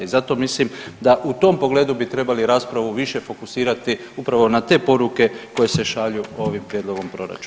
I zato mislim da u tom pogledu bi trebali raspravu više fokusirati upravo na te poruke koji se šalju ovim prijedlogom proračuna.